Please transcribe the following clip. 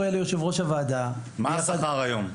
מה השכר היום?